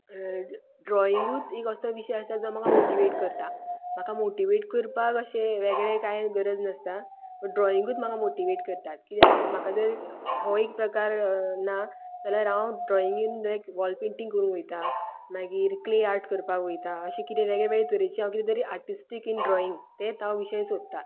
ड्रॉइंगूच एक असो विशय आसा जो म्हाका मोटिव्हेट करता म्हाका मोटिव्हेट करपाक अशें वेगळें कांय गरज नासता बट ड्रॉइंगूच म्हाका मोटिव्हेट करतात कित्याक म्हाका जर हो एक प्रकार ना जाल्यार हांव ड्रॉइंगेंत एक वॉल पेन्टिंग करूंक वयता मागीर क्ले आर्ट करपाक वयता अशें कितें वेगळें वेगळें तरेचें हांव कितें तरी आर्टिस्टीक इन ड्रॉइंग ते हांव विशय सोदतां